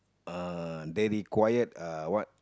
uh they required uh what